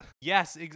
Yes